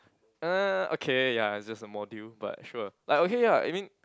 uh okay ya is just a module but sure like okay ya I mean